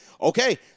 okay